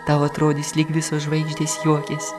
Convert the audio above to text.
tau atrodys lyg visos žvaigždės juokiasi